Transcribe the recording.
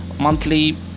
monthly